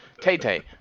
Tay-Tay